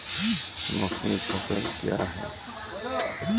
मौसमी फसल क्या हैं?